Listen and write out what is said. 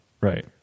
Right